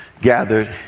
gathered